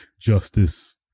justice